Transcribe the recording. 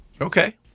Okay